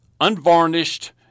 unvarnished